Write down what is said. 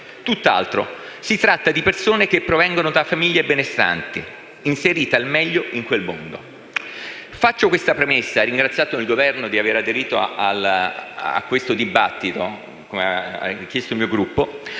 tutt'altro, si tratta di persone che provengono da famiglie benestanti, inserite al meglio in quel mondo. Faccio questa premessa - e ringrazio il Governo per aver aderito alla richiesta avanzata dal mio Gruppo